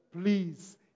Please